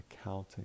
accounting